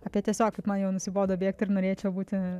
apie tiesiog na jau nusibodo bėgti ir norėčiau būti